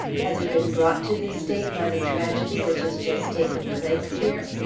has he been brought to this state by the tragedy which has just taken place here,